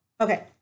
Okay